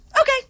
Okay